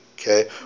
okay